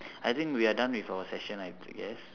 I think we are done with our session I guess